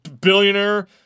billionaire